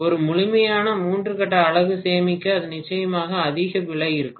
ஒரு முழுமையான மூன்று கட்ட அலகு சேமிக்க அது நிச்சயமாக அதிக விலை இருக்கும்